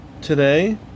today